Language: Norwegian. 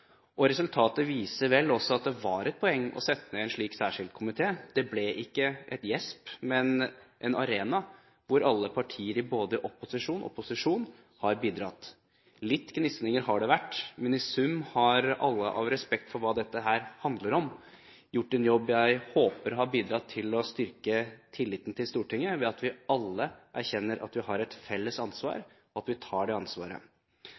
Resultatet viser vel også at det var et poeng å sette ned en slik særskilt komité. Det ble ikke et gjesp, men en arena hvor alle partier i både opposisjon og posisjon har bidratt. Litt gnisninger har det vært, men i sum har alle, av respekt for hva dette handler om, gjort en jobb jeg håper har bidratt til å styrke tilliten til Stortinget ved at vi alle erkjenner at vi har et felles ansvar, og at vi tar det ansvaret.